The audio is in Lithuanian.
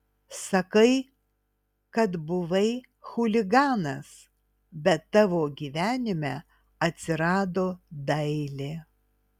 sakai kad buvai chuliganas bet tavo gyvenime atsirado dailė